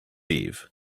eve